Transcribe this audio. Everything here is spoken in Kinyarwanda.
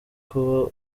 kuba